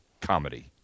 comedy